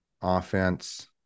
offense